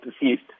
deceased